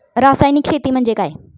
रासायनिक शेती म्हणजे काय?